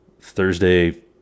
Thursday